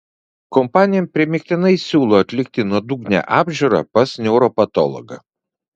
kompanija primygtinai siūlo atlikti nuodugnią apžiūrą pas neuropatologą